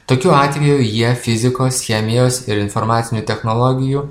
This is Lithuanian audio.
tokiu atveju jie fizikos chemijos ir informacinių technologijų